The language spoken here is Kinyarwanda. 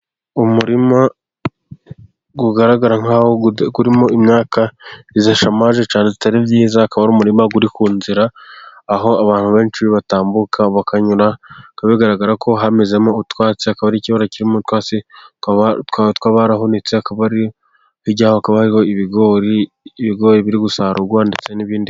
Umurima ugaragara nkaho urimo imyaka idashamaje cyane atari myiza, akaba ari umurima uri ku nzira aho abantu benshi batambuka bakanyura bigaragara ko hamezemo utwatsi, akaba ari ikibara kirimo twarashibutse, hirya hakaba ibigorigori biri gusarurwa ndetse n'ibindi.